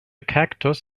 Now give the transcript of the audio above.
cactus